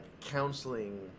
counseling